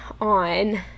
on